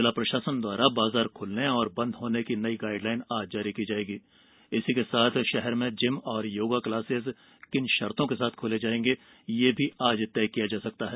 जिला प्रशासन द्वारा बाजार खुलने और बंद होने की नई गाइडलाइन आज जारी की जाएगी इसी के साथ शहर में जिम और योगा क्लासेस किन शर्तों के साथ खोले जाएं ये भी आज तय किया जा सकता है